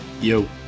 Yo